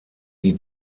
die